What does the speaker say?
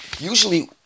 Usually